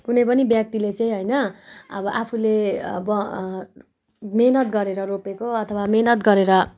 कुनै पनि व्यक्तिले चाहिँ होइन अब आफूले अब मेहनत गरेर रोपेको अथवा मेहनत गरेर